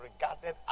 regarded